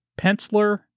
penciler